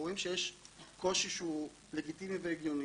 אם אנחנו רואים שיש קושי שהוא לגיטימי והגיוני,